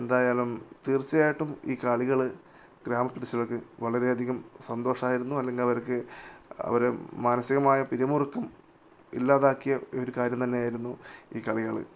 എന്തായാലും തീർച്ചയായിട്ടും ഈ കളികള് ഗ്രാമപ്രേദശത്തുള്ളവർക്ക് വളരെയധികം സന്തോഷമായിരുന്നു അല്ലെങ്കില് അവർക്ക് അവര് മാനസികമായ പിരിമുറുക്കം ഇല്ലാതാക്കിയ ഒരു കാര്യം തന്നെയായിരുന്നു ഈ കളികള്